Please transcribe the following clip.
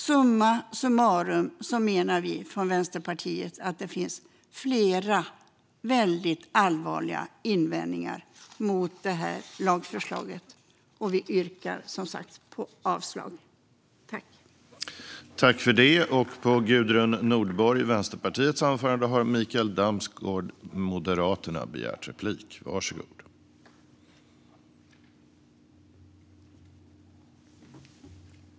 Summa summarum menar vi från Vänsterpartiet att det finns flera väldigt allvarliga invändningar mot lagförslaget, och vi yrkar som sagt avslag på det.